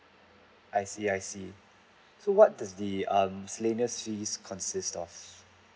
I see I see so what does the err miscellaneous fees consists of